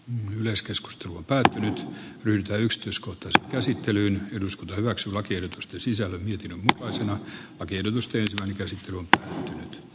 n yleiskeskustelu on päättänyt ryhtyä yksityiskohtansa käsittelyyn eduskunta hyväksyi lakiehdotusten sisältö kasino on tuotantoeläimet tai lemmikkieläimet